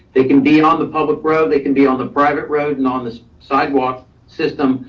they can be on the public road, they can be on the private road and on the sidewalk system,